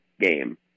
game